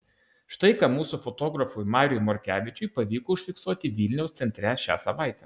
štai ką mūsų fotografui mariui morkevičiui pavyko užfiksuoti vilniaus centre šią savaitę